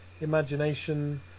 Imagination